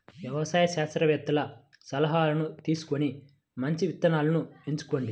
వ్యవసాయ శాస్త్రవేత్తల సలాహాను తీసుకొని మంచి విత్తనాలను ఎంచుకోండి